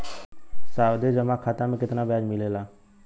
सावधि जमा खाता मे कितना ब्याज मिले ला?